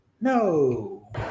no